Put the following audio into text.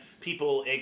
people